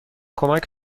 کمک